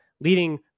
leading